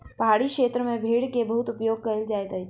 पहाड़ी क्षेत्र में भेड़ के बहुत उपयोग कयल जाइत अछि